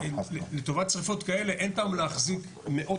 לטובת שריפות כאלה אין טעם להחזיק מאות